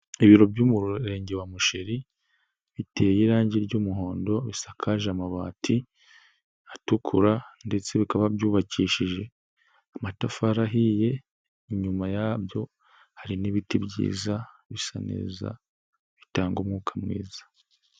Ibiro by'umurenge wa Musheri biteye irangi ry'umuhondo bisakaje amabati atukura ndetse bikaba byubakishije amatafari ahiye, inyuma yabyo hari n'ibiti byiza, bisa neza, bitanga umwuka mwiza.